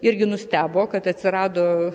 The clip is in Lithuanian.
irgi nustebo kad atsirado